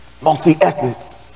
Multi-ethnic